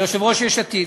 ליושב-ראש יש עתיד,